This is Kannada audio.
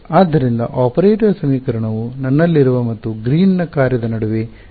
ಆದ್ದರಿಂದ ಆಪರೇಟರ್ ಸಮೀಕರಣವು ನನ್ನಲ್ಲಿರುವ ಮತ್ತು ಗ್ರೀನ್ನ ಕಾರ್ಯದ ನಡುವೆ ನಿಖರವಾಗಿರಬೇಕು